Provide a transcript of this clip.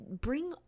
bring